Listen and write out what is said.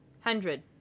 hundred